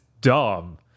dumb